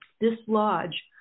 dislodge